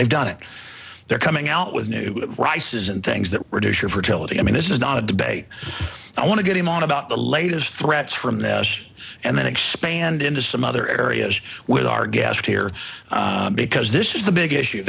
they've done it they're coming out with new rices and things that reduce your fertility i mean this is not a debate i want to get him on about the latest threats from nash and then expand into some other areas with our guest here because this is the big issue